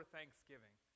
Thanksgiving